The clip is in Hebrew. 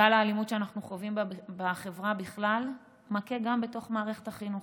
גל האלימות שאנחנו חווים בחברה בכלל מכה גם בתוך מערכת החינוך.